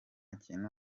kintu